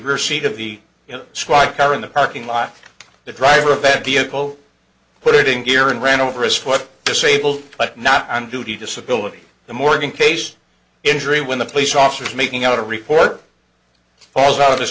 receipt of the squad car in the parking lot the driver bed vehicle put it in gear and ran over his foot disabled but not on duty disability the morgan case injury when the police officer is making out a report falls out of his